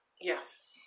yes